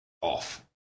off